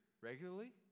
regularly